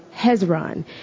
Hezron